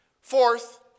Fourth